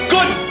Good